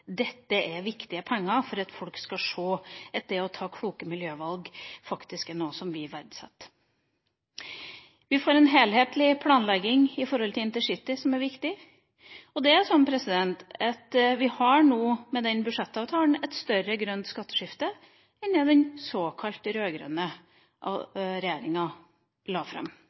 Dette er viktige penger for at folk skal se at det å ta kloke miljøvalg faktisk er noe som vi verdsetter. Vi får en helhetlig planlegging når det gjelder intercity, som er viktig. Det er sånn at vi nå har, men denne budsjettavtalen, et større grønt skatteskifte enn det den rød-grønne regjeringa la fram.